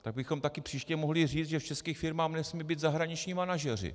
Tak bychom také příště mohli říct, že v českých firmách nesmí být zahraniční manažeři.